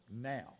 now